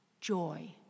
joy